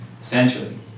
Essentially